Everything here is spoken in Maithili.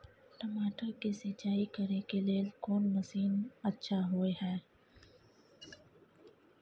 टमाटर के सिंचाई करे के लेल कोन मसीन अच्छा होय है